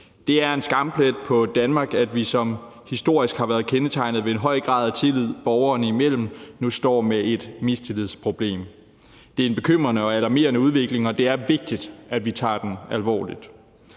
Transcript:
Det er en skamplet på Danmark, at vi som et land, der historisk har været kendetegnet ved en høj grad af tillid borgerne imellem, nu står med et mistillidsproblem. Det er en bekymrende og alarmerende udvikling, og det er vigtigt, at vi tager den alvorligt.